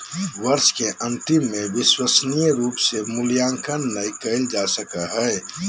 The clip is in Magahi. वर्ष के अन्तिम में विश्वसनीय रूप से मूल्यांकन नैय कइल जा सको हइ